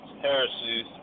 heresies